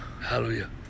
Hallelujah